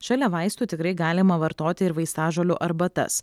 šalia vaistų tikrai galima vartoti ir vaistažolių arbatas